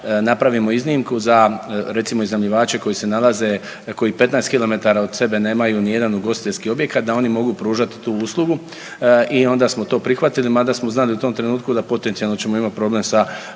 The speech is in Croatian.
napravimo iznimku za recimo iznajmljivače koji se nalaze koji 15km od sebe nemaju nijedan ugostiteljski objekat da oni mogu pružati tu uslugu i onda smo to prihvatili, mada smo znali u tom trenutku da potencijalno ćemo imati problem sa